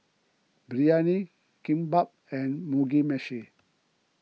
Biryani Kimbap and Mugi Meshi